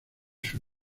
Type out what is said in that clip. sus